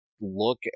look